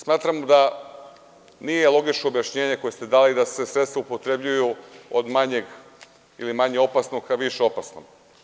Smatramo da nije logično objašnjenje koje ste dali da se sredstva upotrebljavaju od manje ili manje opasnog ka više opasnom.